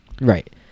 Right